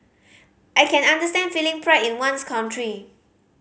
I can understand feeling pride in one's country